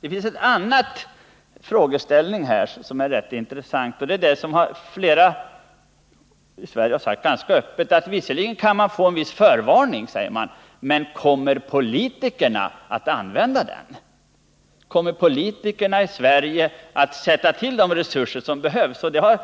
En annan frågeställning är rätt intressant i sammanhanget. Det finns i Sverige flera som har sagt ganska öppet: Visserligen kan vi få en viss förvarningstid, men kommer politikerna att utnyttja den? Kommer politikerna i Sverige att sätta till de resurser som behövs? Det har